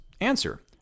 Answer